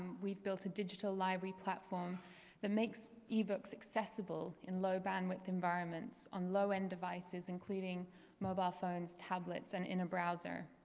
we've built a digital library platform that makes ebooks accessible in low bandwidth environments on low-end devices including mobile phones, tablets and in a browser.